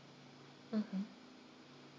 mmhmm